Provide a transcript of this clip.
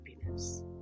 happiness